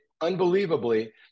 unbelievably